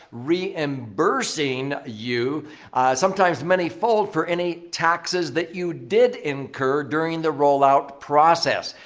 reimbursing you sometimes many fold for any taxes that you did incur during the rollout process.